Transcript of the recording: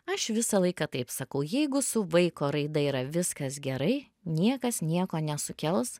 aš visą laiką taip sakau jeigu su vaiko raida yra viskas gerai niekas nieko nesukels